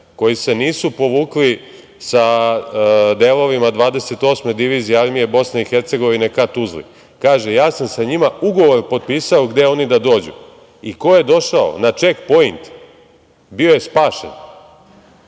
koji se nisu povukli sa delovima 28. divizije armije Bosne i Hercegovine ka Tuzli. Kaže - ja sam sa njima ugovor potpisao gde oni da dođu i ko je došao na čekpoint bio je spašen,